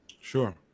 Sure